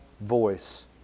voice